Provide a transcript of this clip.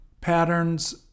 Patterns